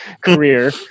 career